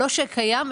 לא שקיים,